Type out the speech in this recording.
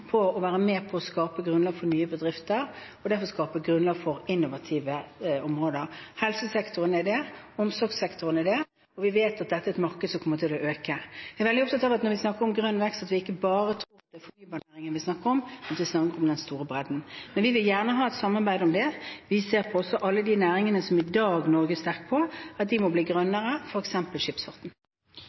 å være med på å skape grunnlag for nye bedrifter, og derfor skape grunnlag for innovative områder. Helsesektoren er det, omsorgssektoren er det, og vi vet at dette er et marked som kommer til å øke. Jeg er veldig opptatt av at når vi snakker om grønn vekst, er det ikke bare den offentlige forvaltningen vi snakker om, men vi snakker om den store bredden. Men vi vil gjerne ha et samarbeid om det. Vi ser også på alle de næringene som Norge i dag er sterke på, at de må bli grønnere, f.eks. skipsfarten.